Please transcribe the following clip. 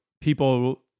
people